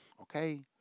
Okay